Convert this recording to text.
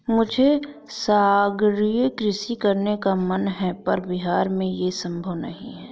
मुझे सागरीय कृषि करने का मन है पर बिहार में ये संभव नहीं है